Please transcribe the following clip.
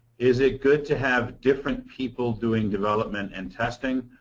is it good to have different people doing development and testing.